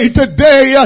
today